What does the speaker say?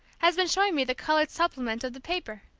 has been showing me the colored supplement of the paper.